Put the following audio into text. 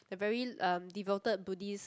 the very um devoted Buddhist